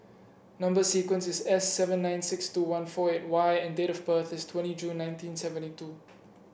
number sequence is S seven nine six two one four eight Y and date of birth is twenty June nineteen seventy two